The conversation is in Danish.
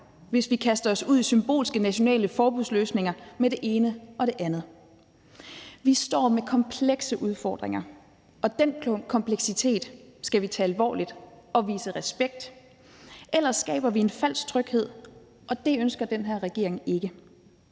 hvis vi kaster os ud i symbolske nationale forbudsløsninger med det ene og det andet. Vi står med komplekse udfordringer, og den kompleksitet skal vi tage alvorligt og vise respekt. Ellers skaber vi en falsk tryghed, og det ønsker den her regering ikke.